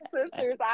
sisters